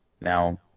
now